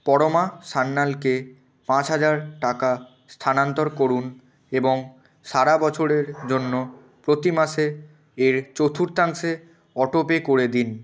পরমা সান্যালকে পাঁচ হাজার টাকা স্থানান্তর করুন এবং সারা বছরের জন্য প্রতি মাসে এর চতুর্থাংশে অটোপে করে দিন